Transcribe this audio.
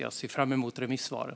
Jag ser fram emot remissvaren.